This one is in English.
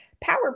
power